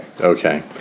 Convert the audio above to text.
Okay